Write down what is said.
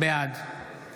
בעד